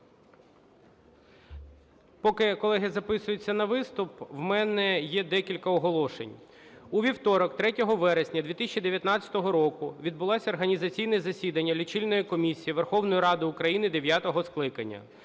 Поки колеги записуються на виступ, у мене є декілька оголошень. У вівторок, 3 вересня 2019 року відбулось організаційне засідання Лічильної комісії Верховної Ради України дев'ятого скликання.